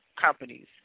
companies